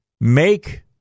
make